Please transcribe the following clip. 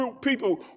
people